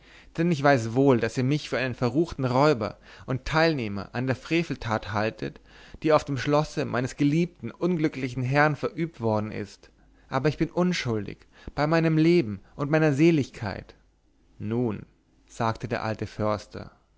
denn ich weiß wohl daß ihr mich für einen verruchten räuber und teilnehmer an der freveltat haltet die auf dem schlosse meines geliebten unglücklichen herrn verübt worden ist aber ich bin unschuldig bei meinem leben und meiner seligkeit nun sagte der alte förster